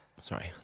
Sorry